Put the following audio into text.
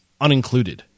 unincluded